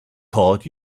called